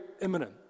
imminent